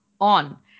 on